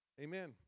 Amen